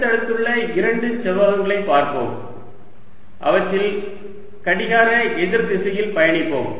அடுத்தடுத்துள்ள இரண்டு செவ்வகங்களைப் பார்ப்போம் அவற்றில் கடிகார எதிர் திசையில் பயணிப்போம்